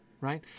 right